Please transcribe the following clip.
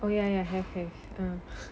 oh ya ya have have